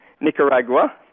Nicaragua